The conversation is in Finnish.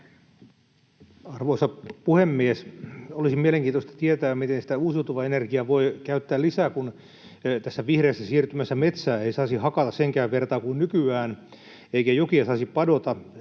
Arvoisa puhemies! Olisi mielenkiintoista tietää, miten sitä uusiutuvaa energiaa voi käyttää lisää, kun tässä vihreässä siirtymässä metsää ei saisi hakata senkään vertaa kuin nykyään eikä jokia saisi padota,